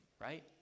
Right